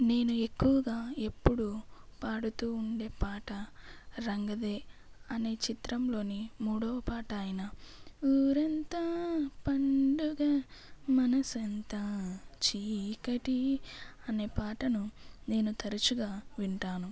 నేను ఎక్కువగా ఎప్పుడు పాడుతూ ఉండే పాట రంగ్ దే అనే చిత్రం లోని మూడవ పాట అయిన ఊరంతా పండుగ మనసంతా చీకటి అనే పాటను నేను తరుచుగా వింటాను